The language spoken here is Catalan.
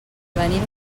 venim